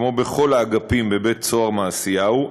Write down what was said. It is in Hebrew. כמו בכל האגפים בבית-הסוהר מעשיהו,